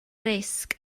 risg